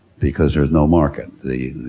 because there's no market. the,